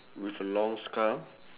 with a long scarf